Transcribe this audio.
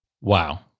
Wow